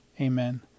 Amen